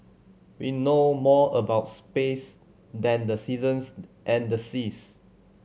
we know more about space than the seasons and the seas